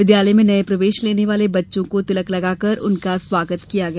विद्यालय में नये प्रवेश लेने वाले बच्चों को तिलक लगाकर उनका स्वागत किया गया